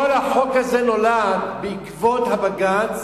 כל החוק הזה נולד בעקבות הבג"ץ